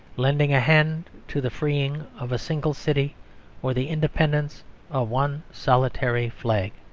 lending a hand to the freeing of a single city or the independence of one solitary flag.